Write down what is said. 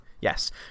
Yes